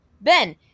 Ben